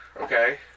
Okay